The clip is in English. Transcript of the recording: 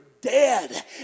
dead